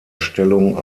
stellung